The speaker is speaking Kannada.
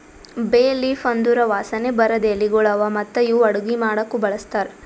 ಬೇ ಲೀಫ್ ಅಂದುರ್ ವಾಸನೆ ಬರದ್ ಎಲಿಗೊಳ್ ಅವಾ ಮತ್ತ ಇವು ಅಡುಗಿ ಮಾಡಾಕು ಬಳಸ್ತಾರ್